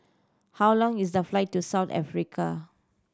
how long is the flight to South Africa